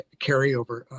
carryover